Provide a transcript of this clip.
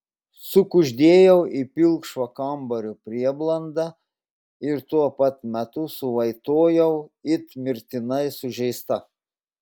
sukuždėjau į pilkšvą kambario prieblandą ir tuo pat metu suvaitojau it mirtinai sužeista